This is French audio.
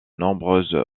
nombreuses